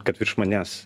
kad virš manęs